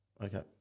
okay